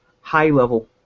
high-level